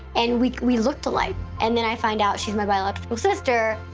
and we we looked alike. and then i find out she is my biological sister,